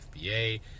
FBA